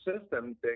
system